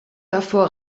davor